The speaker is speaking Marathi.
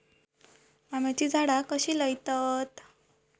आम्याची झाडा कशी लयतत?